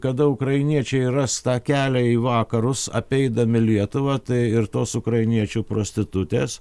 kada ukrainiečiai ras tą kelią į vakarus apeidami lietuvą tai ir tos ukrainiečių prostitutės